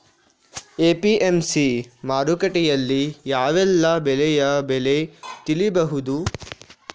APMC ಮಾರುಕಟ್ಟೆಯಲ್ಲಿ ಯಾವೆಲ್ಲಾ ಬೆಳೆಯ ಬೆಲೆ ತಿಳಿಬಹುದು?